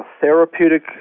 therapeutic